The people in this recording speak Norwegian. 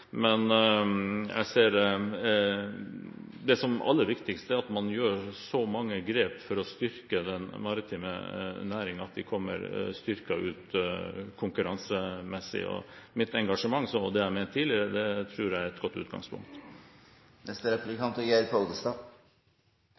Men jeg ser det som aller viktigst at man gjør så mange grep for å styrke den maritime næringen at den kommer styrket ut konkurransemessig. Mitt engasjement, og det jeg har ment tidligere, tror jeg er et godt utgangspunkt.